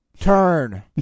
turn